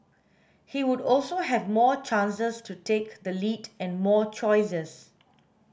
he would also have more chances to take the lead and more choices